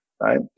right